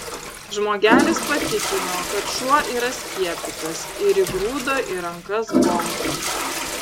žmogelis patikino kad šuo yra skiepytas ir įgrūdo į rankas bonką